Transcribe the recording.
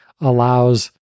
allows